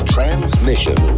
Transmission